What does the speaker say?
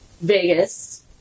Vegas